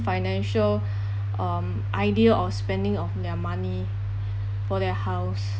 financial um idea of spending of their money for their house